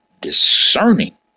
discerning